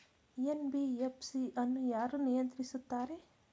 NBFC ಅನ್ನು ಯಾರು ನಿಯಂತ್ರಿಸುತ್ತಾರೆ?